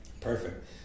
Perfect